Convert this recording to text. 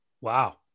Wow